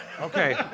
Okay